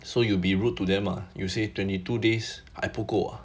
so you be rude to them ah you say twenty two days 还不够啊